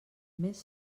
més